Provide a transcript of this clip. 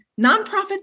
Nonprofit